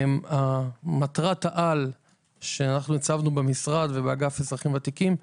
מטרת העל שאותה הצבנו באגף לאזרחים ותיקים,